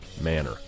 manner